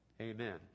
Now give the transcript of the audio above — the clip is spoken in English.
Amen